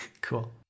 cool